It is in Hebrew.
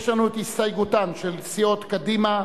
קבוצות קדימה,